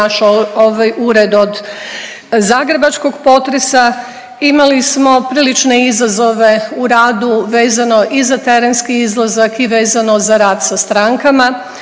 naš ured od zagrebačkog potresa, imali smo prilične izazove u radu vezano i za terenski izlazak i vezano za rad sa strankama,